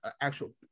actual